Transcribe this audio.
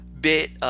bit